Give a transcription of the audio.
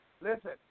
listen